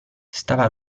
stava